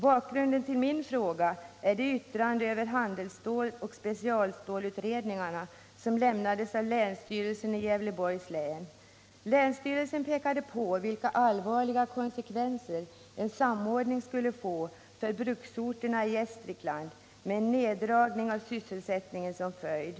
Bakgrunden till min fråga är det yttrande över handelsstålsoch specialstålsutredningarna som lämnades av länsstyrelsen i Gävleborgs län. Länsstyrelsen pekade på vilka allvarliga konsekvenser en samordning skulle få för bruksorterna i Gästrikland med en neddragning av sysselsättningen som följd.